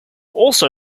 also